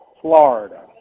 Florida